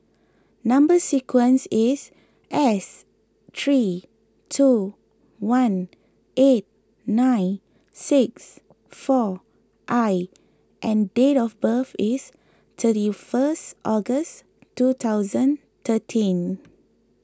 Number Sequence is S three two one eight nine six four I and date of birth is thirty first August twenty thirteen